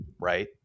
right